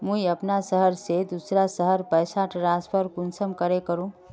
मुई अपना शहर से दूसरा शहर पैसा ट्रांसफर कुंसम करे करूम?